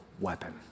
weapon